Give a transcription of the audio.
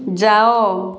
ଯାଅ